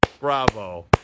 bravo